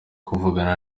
kuvugana